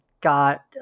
got